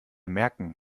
merken